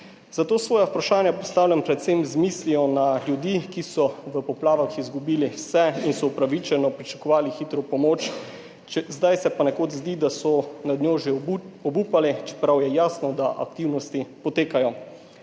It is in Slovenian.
Zato svoja vprašanja postavljam predvsem z mislijo na ljudi, ki so v poplavah izgubili vse in so upravičeno pričakovali hitro pomoč, zdaj se pa zdi, da so nad njo že obupali, čeprav je jasno, da aktivnosti potekajo.